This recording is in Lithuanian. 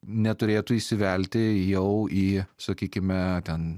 neturėtų įsivelti jau į sakykime ten